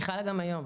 היא חלה גם היום.